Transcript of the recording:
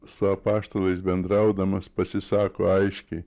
su apaštalais bendraudamas pasisako aiškiai